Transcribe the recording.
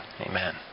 amen